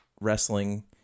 wrestling